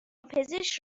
پزشک